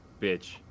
bitch